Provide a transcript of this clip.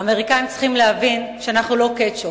האמריקנים צריכים להבין שאנחנו לא קטשופ,